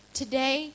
today